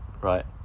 Right